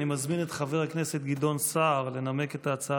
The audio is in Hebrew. אני מזמין את חבר הכנסת גדעון סער לנמק את ההצעה